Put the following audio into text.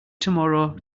tomorrow